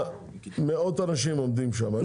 מאות אנשים עומדים שם.